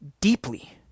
deeply